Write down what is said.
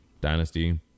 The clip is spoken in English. Dynasty